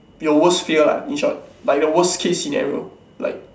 your worst fear lah in short by the worst case scenario like